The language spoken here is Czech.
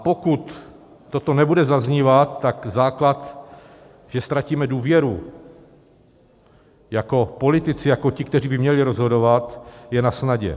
Pokud toto nebude zaznívat, tak základ, že ztratíme důvěru jako politici, jako ti, kteří by měli rozhodovat, je nasnadě.